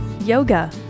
yoga